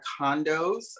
condos